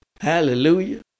Hallelujah